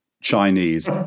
Chinese